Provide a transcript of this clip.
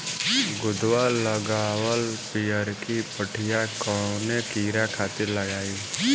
गोदवा लगवाल पियरकि पठिया कवने कीड़ा खातिर लगाई?